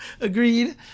Agreed